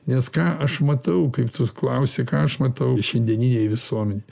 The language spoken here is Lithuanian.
nes ką aš matau kaip tu klausi ką aš matau šiandieninėj visuomenėj